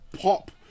pop